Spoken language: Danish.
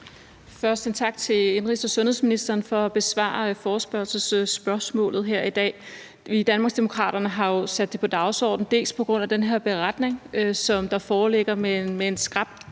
Først en tak til indenrigs- og sundhedsministeren for at besvare forespørgselsspørgsmålet her i dag. Vi har jo i Danmarksdemokraterne sat det på dagsordenen på grund af den beretning, der foreligger, med en skrap